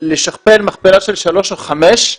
לשכפל מכפלה של שלוש או חמש.